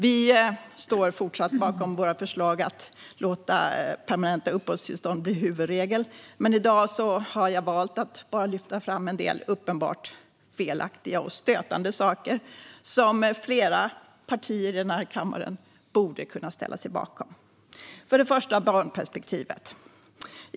Vi står fortsatt bakom våra förslag att låta permanenta uppehållstillstånd bli huvudregel. Men i dag har jag valt att bara lyfta fram en del uppenbart felaktiga och stötande saker som kräver förändringar som flera partier i kammaren borde kunna ställa sig bakom. Det gäller först och främst barnperspektivet.